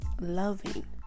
Loving